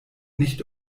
nicht